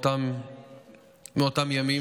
מאותם ימים.